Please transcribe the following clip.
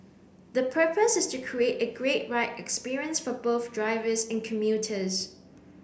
the purpose is to create a great ride experience for both drivers and commuters